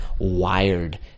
wired